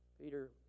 Peter